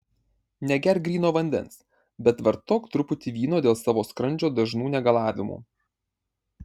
negerk gryno vandens bet vartok truputį vyno dėl savo skrandžio dažnų negalavimų